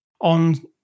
on